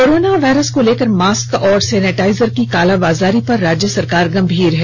corona virus को लेकर mask और सेनिटाइजर की कालाबाजारी पर राज्य सरकार गंभीर है